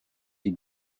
die